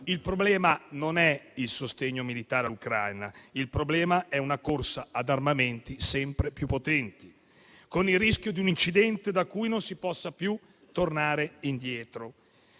Il problema non è il sostegno militare all'Ucraina; il problema è una corsa ad armamenti sempre più potenti, con il rischio di un incidente da cui non si possa più tornare indietro.